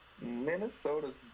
Minnesota's